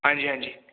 ਹਾਂਜੀ ਹਾਂਜੀ